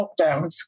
lockdowns